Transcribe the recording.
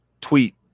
tweet